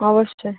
অবশ্যই